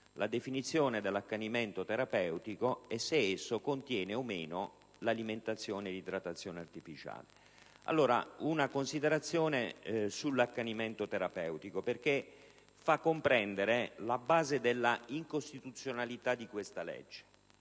la definizione dell'accanimento terapeutico e se esso comprenda o meno l'alimentazione e l'idratazione artificiale. Vorrei allora fare una considerazione sull'accanimento terapeutico, che fa comprendere la base dell'incostituzionalità di questa legge.